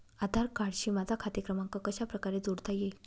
आधार कार्डशी माझा खाते क्रमांक कशाप्रकारे जोडता येईल?